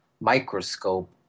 microscope